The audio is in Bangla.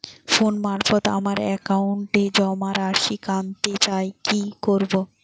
ফোন মারফত আমার একাউন্টে জমা রাশি কান্তে চাই কি করবো?